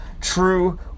true